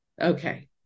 okay